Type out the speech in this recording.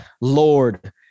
Lord